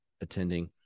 attending